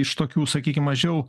iš tokių sakykim mažiau